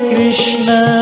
Krishna